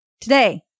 Today